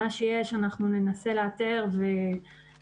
אנחנו ננסה לאתר את מה שיש.